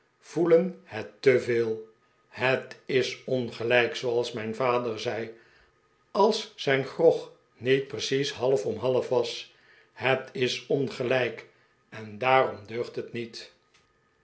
voelen het te veel het is ongelijk zooals mijn vader zei als zijn grog niet precies half om half was het is ongelijk en daarom deugt het niet